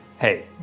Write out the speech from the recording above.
Hey